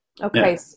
Okay